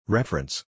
Reference